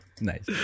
Nice